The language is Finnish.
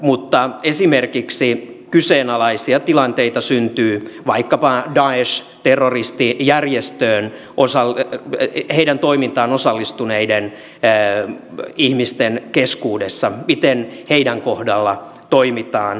mutta kyseenalaisia tilanteita syntyy vaikkapa daesh terroristijärjestön toimintaan osallistuneiden ihmisten keskuudessa miten heidän kohdallaan toimitaan